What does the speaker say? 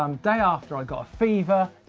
um day after i got a fever,